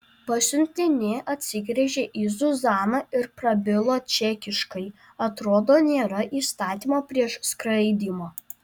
pasiuntinė atsigręžė į zuzaną ir prabilo čekiškai atrodo nėra įstatymo prieš skraidymą